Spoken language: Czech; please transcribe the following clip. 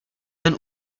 ten